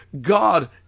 God